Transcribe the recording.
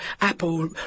Apple